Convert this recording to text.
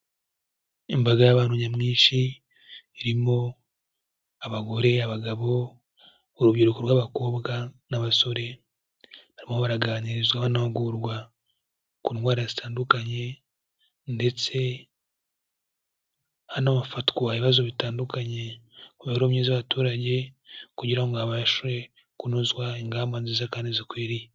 Imbaga y'abantu nyamwinshi irimo abagore, abagabo, urubyiruko rw'abakobwa n'abasore, barimo baraganirizwa banahugurwa ku ndwara zitandukanye ndetse hano hafatwa ibibazo bitandukanye ku mibereho myiza y'abaturage kugira ngo habashe kunozwa ingamba nziza kandi zikwiriye.